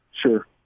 Sure